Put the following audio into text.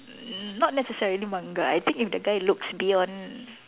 n~ not necessarily Manga I think if the guy looks beyond